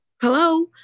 Hello